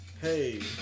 Hey